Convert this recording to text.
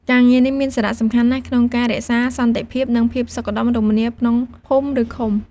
ការងារនេះមានសារៈសំខាន់ណាស់ក្នុងការរក្សាសន្តិភាព និងភាពសុខដុមរមនាក្នុងភូមិ ឬឃុំ។